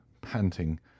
panting